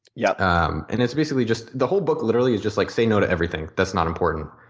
yeah um and it's basically just the whole book literally is just like say no to everything that's not important.